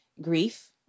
grief